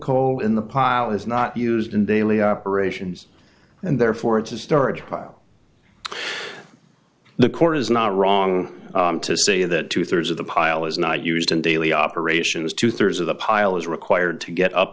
coal in the pile is not used in daily operations and therefore it's a storage while the core is not wrong to say that two thirds of the pile is not used in daily operations two thirds of the pile is required to get up